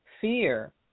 fear